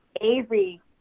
Avery